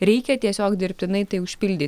reikia tiesiog dirbtinai tai užpildy